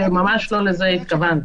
וממש לא לזה התכוונתי.